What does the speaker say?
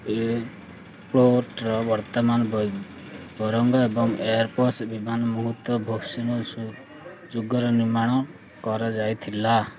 ଏରୋଫ୍ଲୋଟ୍ର ବର୍ତ୍ତମାନର ବୋଇଙ୍ଗ ଏବଂ airbus ବିମାନ ସମୂହ ଯୁଗରେ ନିର୍ମାଣ କରାଯାଇଥିଲା